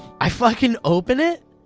i fucking open it,